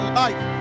life